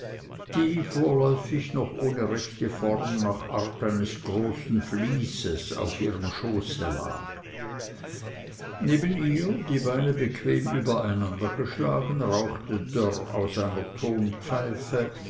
die vorläufig noch ohne rechte form nach art eines großen vlieses auf ihrem schoße lag neben ihr die beine bequem übereinandergeschlagen rauchte dörr aus einer tonpfeife